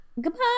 Goodbye